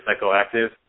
psychoactive